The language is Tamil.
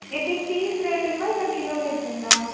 எப்படி பீஸ் ரேட்டுங்களா இல்லை கிலோ ரேட்டுங்களா